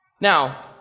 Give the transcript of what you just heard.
Now